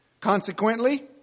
Consequently